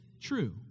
true